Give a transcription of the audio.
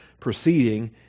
Proceeding